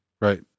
Right